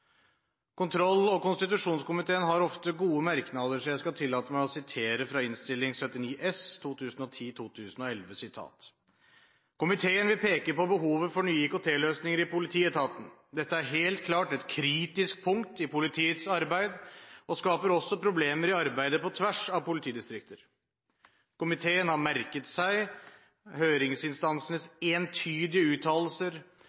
Kontroll- og konstitusjonskomiteen har ofte gode merknader, så jeg skal tillate meg å sitere fra Innst. 79 S for 2010–2011: «Komiteen vil peke på behovet for nye IKT-løsninger i politietaten. Dette er helt klart et kritisk punkt i politiets arbeid og skaper også problemer i arbeid på tvers av politidistrikter. Komiteen har merket seg